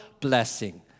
blessing